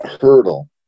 hurdle